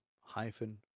hyphen